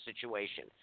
situation